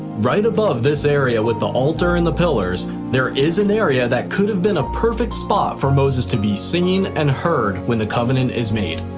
right above this area with the altar and the pillars, there is an area that could have been a perfect spot for moses to be seen and heard when the covenant is made.